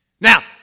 Now